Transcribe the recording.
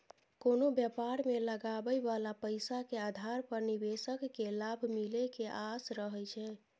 कोनो व्यापार मे लगाबइ बला पैसा के आधार पर निवेशक केँ लाभ मिले के आस रहइ छै